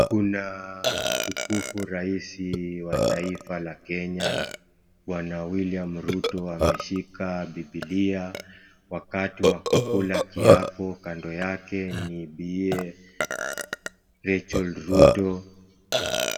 Kuna mtukufu rais wa taifa la Kenya bwana William Ruto ameshika Bibilia wakati wa kukula kiapo kando yake ni bibiye Racheal Ruto.